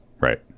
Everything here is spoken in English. right